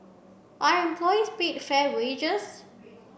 are employees paid fair wages